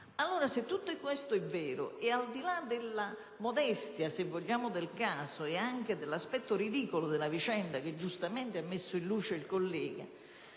Se tutto questo è vero (e al di là della modestia, se vogliamo, del caso e anche dell'aspetto ridicolo della vicenda, che giustamente ha messo in luce il collega